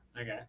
Okay